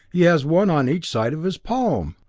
he has one on each side of his palm!